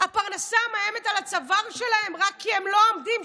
הפרנסה מאיימת על הצוואר שלהם רק כי הם לא עומדים,